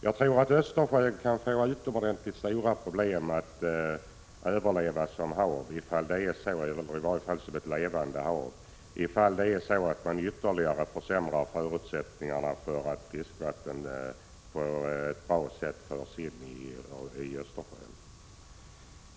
Jag tror att Östersjön kan få mycket stora problem att i fortsättningen vara ett levande hav, om man ytterligare försämrar förutsättningarna för att fiskevatten på ett bra sätt förs in i Östersjön.